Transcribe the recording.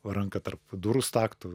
ranką tarp durų staktų